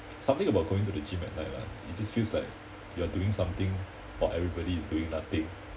something about going to the gym at night lah it just feels like you are doing something while everybody's doing nothing